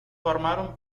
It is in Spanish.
formaron